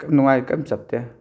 ꯅꯨꯡꯉꯥꯏ ꯀꯩꯝ ꯆꯞꯇꯦ